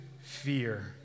fear